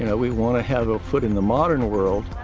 you know we wanna have a foot in the modern world,